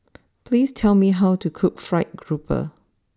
please tell me how to cook Fried grouper